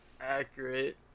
accurate